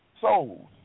souls